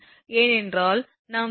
ஏனென்றால் நாம் V0 57𝑘𝑉